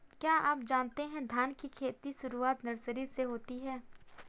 क्या आप जानते है धान की खेती की शुरुआत नर्सरी से होती है?